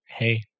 hey